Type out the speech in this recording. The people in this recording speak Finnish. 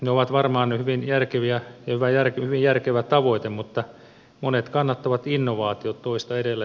se on varmaan hyvin järkevä tavoite mutta toistan edelleen